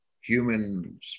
human